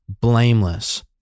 blameless